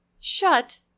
shut